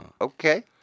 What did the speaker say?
okay